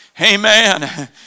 Amen